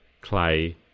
Clay